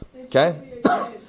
Okay